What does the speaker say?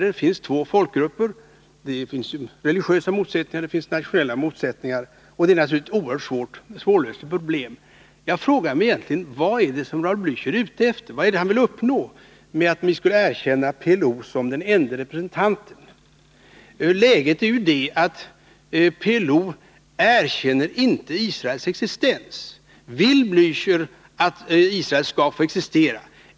Det finns två folkgrupper, det finns religiösa motsättningar och det finns nationella motsättningar. Det är naturligtvis ett oerhört svårlöst problem. Jag frågar mig: Vad är Raul Blächer ute efter? Vad vill han uppnå med att vi erkänner PLO som den enda representanten för det palestinska folket? Läget är ju det att PLO inte erkänner Israels existens. Vill Raul Blächer att Israel skall få ett existera?